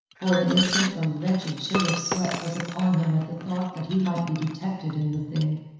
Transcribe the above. for an instant a wretched chill of sweat was upon him at the thought that he might be detected in the thing.